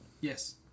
Yes